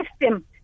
system